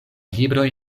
libroj